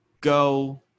go